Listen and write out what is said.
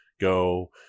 Go